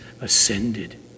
ascended